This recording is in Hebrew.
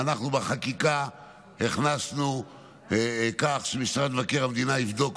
אנחנו בחקיקה הכנסנו כך שמשרד מבקר המדינה יבדוק מה